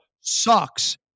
sucks